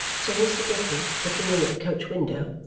said mr. guppy, looking in at the coach-window.